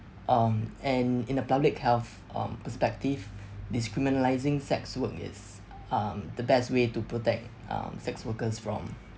um and in a public health um perspective decriminalizing sex work is um the best way to protect um sex workers from